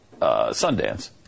Sundance